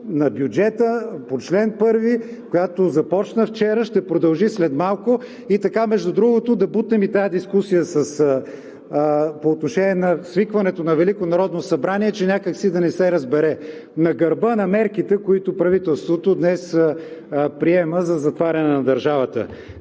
на Бюджета по чл. 1, която започна вчера и ще продължи след малко. Така, между другото, да бутнем и тази дискусия по отношение на свикването на Велико народно събрание, че някак да не се разбере – на гърба на мерките, които правителството днес приема за затваряне на държавата.